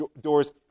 doors